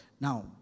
Now